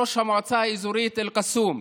ראש המועצה האזורית אל-קסום.